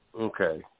Okay